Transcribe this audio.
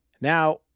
Now